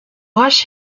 roche